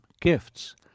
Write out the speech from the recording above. gifts